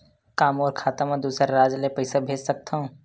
का मोर खाता म दूसरा राज्य ले पईसा भेज सकथव?